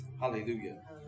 Hallelujah